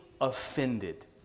offended